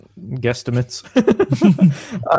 guesstimates